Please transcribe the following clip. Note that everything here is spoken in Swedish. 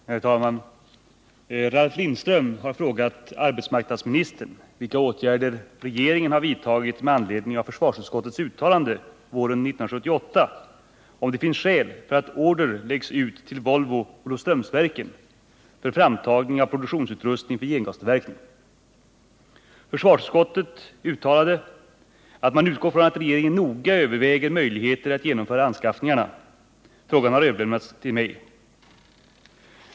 Herr talman! Ralf Lindström har frågat arbetsmarknadsministern vilka åtgärder regeringen har vidtagit med anledning av försvarsutskottets uttalande våren 1978 om att det finns skäl för att order läggs ut till Volvo Olofströmsverken för framtagning av produktionsutrustning för gengastillverkning. Försvarsutskottet uttalade att man utgår från att regeringen noga överväger möjligheterna att genomföra anskaffningarna. Frågan har överlämnats till mig.